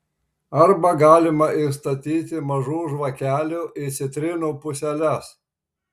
arba galima įstatyti mažų žvakelių į citrinų puseles